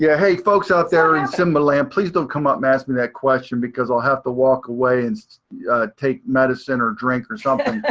yeah hey, folks out there in simba land, please don't come up and ask me that question because i'll have to walk away and take medicine or drink or something.